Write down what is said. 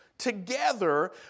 together